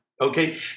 okay